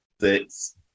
six